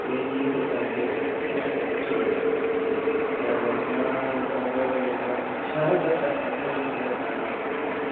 ऐं टे ॾींहं ते तव्हांखे वापसि अचणो आहे त मां हिसाबु भाई तव्हांखे छह हज़ार हिकु ॼणे जा तव्हांखां वठंदासीं